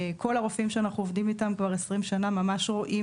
כל הרופאים שאנחנו עובדים איתם כבר 20 שנה ממש רואים